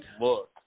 Look